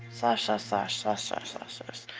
slash, ah slash, ah slash, ah slash.